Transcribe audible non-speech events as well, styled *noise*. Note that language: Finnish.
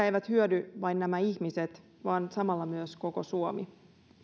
*unintelligible* eivät hyödy vain nämä ihmiset vaan samalla myös koko suomi